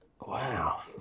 Wow